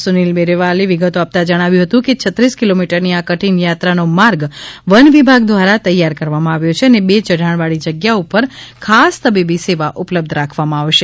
સુનિલ બેરવાલે વિગતો આપતા જણાવ્યું હતું કે છત્રીસ કિલોમીટરની આ કઠિન યાત્રાનો માર્ગ વનવિભાગ દ્વારા તૈયાર કરવામાં આવ્યો છે અને બે યઢાણ વાળી જગ્યા ઉપર ખાસ તબીબી સેવા ઉપલબ્ધ રાખવામાં આવશે